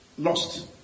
lost